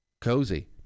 Cozy